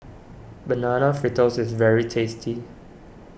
Banana Fritters is very tasty